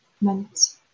meant